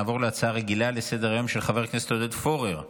נעבור להצעה רגילה לסדר-היום של חבר הכנסת עודד פורר בנושא: